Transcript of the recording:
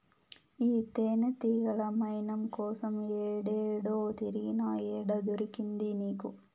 ఈ తేనెతీగల మైనం కోసం ఏడేడో తిరిగినా, ఏడ దొరికింది నీకు